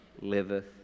liveth